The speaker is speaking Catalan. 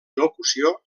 locució